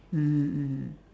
mmhmm mmhmm